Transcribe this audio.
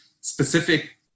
specific